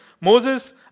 Moses